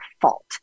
fault